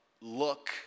look